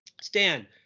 Stan